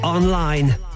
Online